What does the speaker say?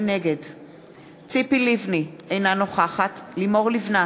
נגד ציפי לבני, אינה נוכחת לימור לבנת,